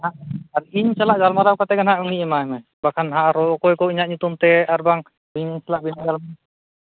ᱟᱨ ᱤᱧ ᱥᱟᱞᱟᱜ ᱜᱟᱞᱢᱟᱨᱟᱣ ᱠᱟᱛᱮ ᱜᱮ ᱦᱟᱸᱜ ᱩᱱᱤ ᱮᱢᱟᱭ ᱢᱮ ᱵᱟᱠᱷᱟᱱ ᱦᱟᱸᱜ ᱚᱠᱚᱭ ᱠᱚ ᱤᱧᱟᱹᱜ ᱧᱩᱛᱩᱢ ᱛᱮ ᱟᱨ ᱵᱟᱝ